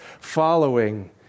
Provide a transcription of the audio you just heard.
following